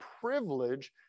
privilege